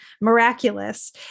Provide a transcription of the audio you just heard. miraculous